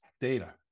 data